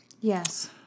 Yes